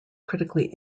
critically